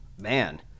man